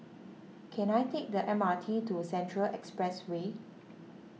can I take the M R T to Central Expressway